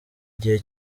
gihe